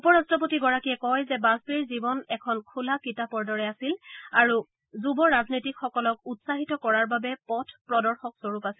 উপ ৰাট্টপতিগৰাকীয়ে কয় যে বাজপেয়ীৰ জীৱন এখন খোলা কিতাপৰ দৰে আছিল আৰু যুৱ ৰাজনীতিকসকলক উৎসাহিত কৰাৰ বাবে পথ প্ৰদৰ্শক স্বৰূপ আছিল